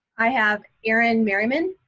i have aaron merriman.